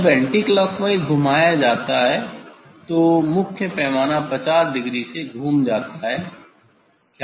जब एंटीक्लॉकवाइज घुमाया जाता है तो मुख्य पैमाना 50 डिग्री से घूम जाता है क्या घटित होगा